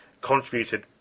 contributed